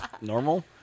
normal